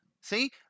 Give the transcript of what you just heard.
See